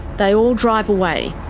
they all drive away.